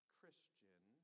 Christian